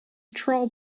troll